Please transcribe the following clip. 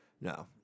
No